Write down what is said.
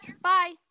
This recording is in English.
Bye